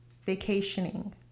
vacationing